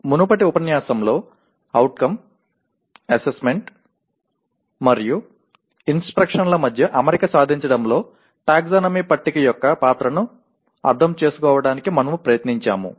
మునుపటి ఉపన్యాసంలో outcome assessment మరియు ఇంస్ట్రుక్షన్ ల మధ్య అమరిక సాధించడంలో టాక్సానమీ పట్టిక యొక్క పాత్రను అర్థం చేసుకోవడానికి మనము ప్రయత్నించాము